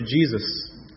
Jesus